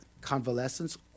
convalescence